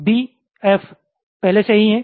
B F पहले से ही है